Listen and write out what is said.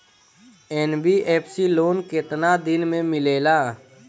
NBFC loan केतना दिन मे मिलेला?